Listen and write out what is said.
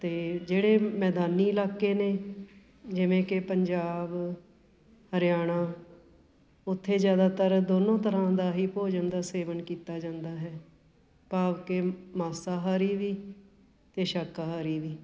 ਅਤੇ ਜਿਹੜੇ ਮੈਦਾਨੀ ਇਲਾਕੇ ਨੇ ਜਿਵੇਂ ਕਿ ਪੰਜਾਬ ਹਰਿਆਣਾ ਉੱਥੇ ਜ਼ਿਆਦਾਤਰ ਦੋਨੋਂ ਤਰ੍ਹਾਂ ਦਾ ਹੀ ਭੋਜਨ ਦਾ ਸੇਵਨ ਕੀਤਾ ਜਾਂਦਾ ਹੈ ਭਾਵ ਕਿ ਮਾਸਾਹਾਰੀ ਵੀ ਅਤੇ ਸ਼ਾਕਾਹਾਰੀ ਵੀ